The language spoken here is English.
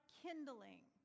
kindling